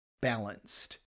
balanced